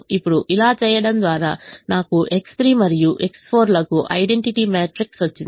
ఇప్పుడు ఇలా చేయడం ద్వారా నాకు X3 మరియు X4 లకు ఐడెంటిటీ మ్యాట్రిక్స్ వచ్చింది